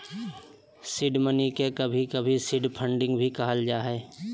seed money के कभी कभी सीड फंडिंग भी कहल जा हय